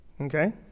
Okay